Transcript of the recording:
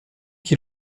qui